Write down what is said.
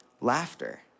laughter